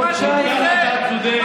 קיבלתם כיסא,